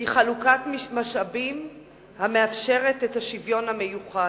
היא חלוקת משאבים המאפשרת את השוויון המיוחל?